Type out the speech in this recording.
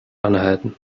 anhalten